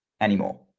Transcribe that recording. anymore